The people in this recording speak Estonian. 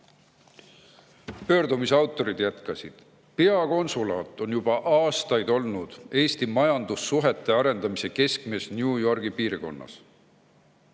Pöördumise autorid jätkasid: "Peakonsulaat on juba aastaid olnud Eesti majandussuhete arendamise keskmes New Yorgi piirkonnas